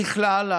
ככלל,